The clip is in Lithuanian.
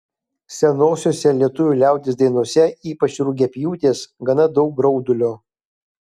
senosiose lietuvių liaudies dainose ypač rugiapjūtės gana daug graudulio